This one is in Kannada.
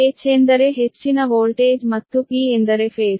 H ಎಂದರೆ ಹೆಚ್ಚಿನ ವೋಲ್ಟೇಜ್ ಮತ್ತು P ಎಂದರೆ ಫೇಸ್